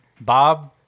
Bob